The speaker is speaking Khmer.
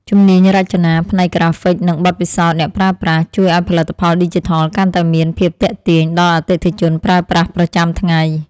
ជំនាញរចនាផ្នែកក្រាហ្វិកនិងបទពិសោធន៍អ្នកប្រើប្រាស់ ជួយឱ្យផលិតផលឌីជីថលកាន់តែមានភាពទាក់ទាញដល់អតិថិជនប្រើប្រាស់ប្រចាំថ្ងៃ។